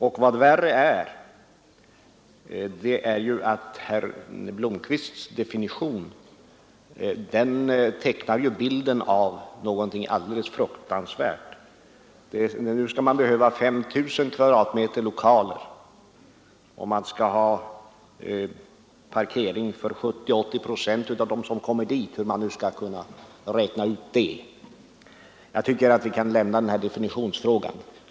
Och vad värre är: Herr Blomkvists definition tecknar bilden av någonting ändå fruktansvärdare. Nu skall man behöva 5 000 m? lokaler och man skall ha parkering för 70—80 procent av dem som kommer dit — hur man nu skall kunna räkna ut det. Jag tycker vi kan lämna definitionsfrågan.